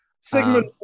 Sigmund